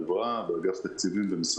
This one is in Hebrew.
ביחד.